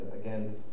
again